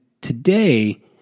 today